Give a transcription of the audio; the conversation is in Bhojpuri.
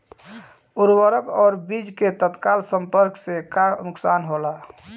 उर्वरक और बीज के तत्काल संपर्क से का नुकसान होला?